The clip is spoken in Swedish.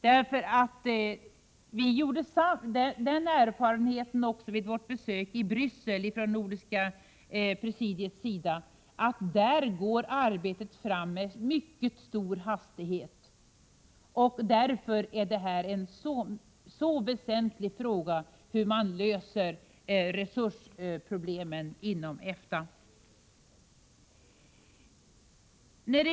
I Nordiska rådets presidium gjorde vi vid besöket i Bryssel den erfarenheten att arbetet där går fram med mycket stor hastighet, och därför är det en mycket väsentlig fråga hur resursproblemen inom EFTA löses.